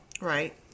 right